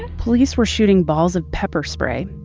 police were shooting balls of pepper spray.